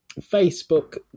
Facebook